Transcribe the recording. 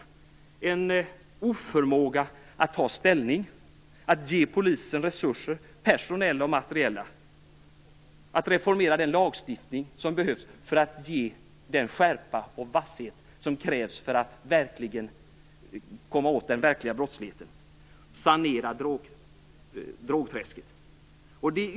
Det är en oförmåga att ta ställning, att ge polisen personella och materiella resurser och att reformera den lagstiftning som behövs för att ge polisen den skärpa och vasshet som krävs för att komma åt den verkliga brottsligheten och sanera drogsträsket.